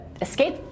escape